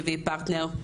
פרטנר,